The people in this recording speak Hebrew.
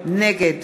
נגד